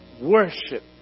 worship